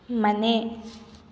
ಮನೆ